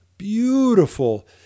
beautiful